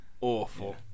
awful